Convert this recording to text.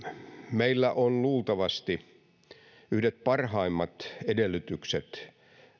meillä on luultavasti yhdet parhaimmat edellytykset